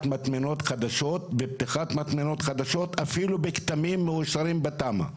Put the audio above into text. מטמנות חדשות אפילו בכתמים מאושרים בתמ"א.